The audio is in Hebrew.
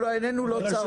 תעופה.